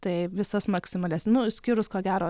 tai visas maksimalias nu išskyrus ko gero